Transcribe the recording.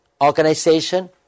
organization